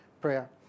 prayer